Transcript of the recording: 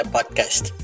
Podcast